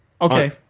Okay